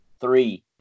three